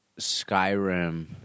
Skyrim